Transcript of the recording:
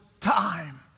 time